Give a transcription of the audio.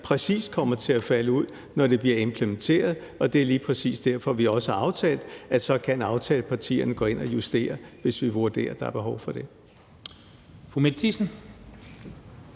her præcis kommer til at falde ud, når det bliver implementeret, og det er lige præcis derfor, vi også har aftalt, at aftalepartierne så kan gå ind at justere, hvis vi vurderer, at der er behov for det. Kl. 11:54 Den